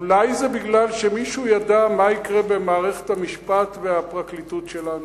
אולי זה כי מישהו ידע מה יקרה במערכת המשפט והפרקליטות שלנו,